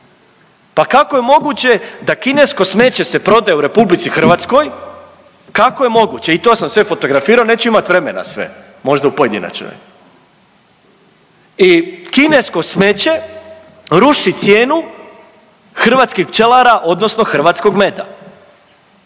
pa kako je moguće da kinesko smeće se prodaje u RH, kako je moguće i to sam sve fotografirao, neću imati vremena sve, možda u pojedinačnoj i kinesko smeće ruši cijenu hrvatskih pčelara odnosno hrvatskog meda,